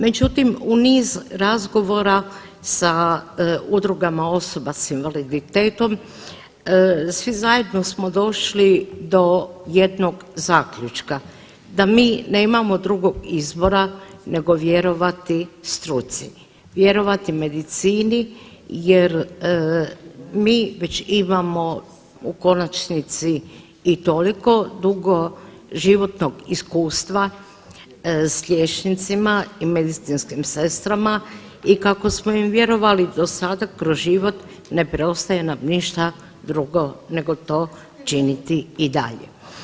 Međutim, u niz razgovora sa udrugama osoba s invaliditetom svi zajedno smo došli do jednog zaključka da mi nemamo drugog izbora nego vjerovati struci, vjerovati medicini jer mi već imamo u konačnici i toliko dugo životnog iskustva s liječnicima i medicinskim sestrama i kako smo im vjerovali do sada kroz život, ne preostaje nam ništa drugo nego to činiti i dalje.